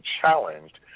challenged